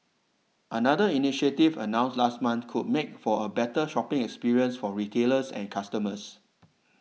another initiative announced last month could make for a better shopping experience for retailers and customers